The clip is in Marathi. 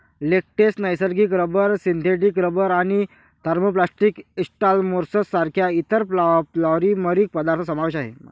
लेटेक्स, नैसर्गिक रबर, सिंथेटिक रबर आणि थर्मोप्लास्टिक इलास्टोमर्स सारख्या इतर पॉलिमरिक पदार्थ समावेश आहे